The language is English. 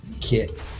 Kit